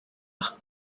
aha